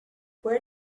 where